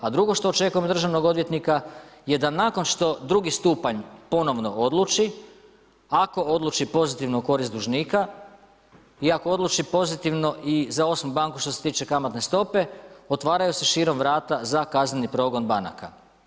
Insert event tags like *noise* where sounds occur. A drugo što očekujem od državnog odvjetnika, je da nakon što drugi stupanj ponovno odluči, ako odluči pozitivno u korist dužnika i ako odluči pozitivno i za … *unintelligible* banku što se tiče kamatne stope otvaraju se širom vrata za kazneni progon banaka.